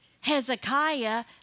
Hezekiah